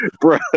bro